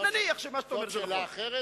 נניח שמה שאתה אומר זה נכון.